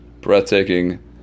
breathtaking